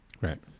Right